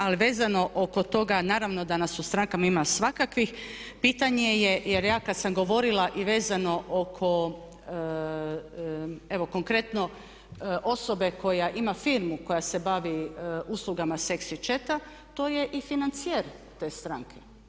Ali vezano oko toga naravno danas u strankama ima svakakvih, pitanje je, jer ja kad sam govorila i vezano oko evo konkretno osobe koja ima firmu koja se bavi uslugama seksi chata to je i financijer te stranke.